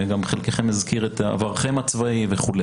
וגם חלקכם הזכיר את עברכם הצבאי וכו',